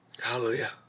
Hallelujah